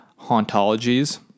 hauntologies